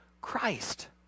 Christ